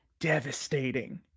devastating